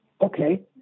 okay